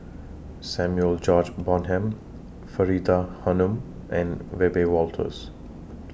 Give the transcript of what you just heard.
Samuel George Bonham Faridah Hanum and Wiebe Wolters